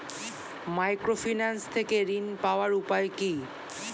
Microfinance থেকে ঋণ পাওয়ার উপায় কি?